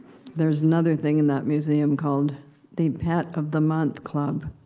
there's another thing in that museum called the pet of the month club.